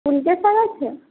আছে